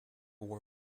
war